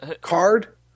Card